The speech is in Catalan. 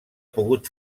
pogut